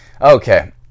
Okay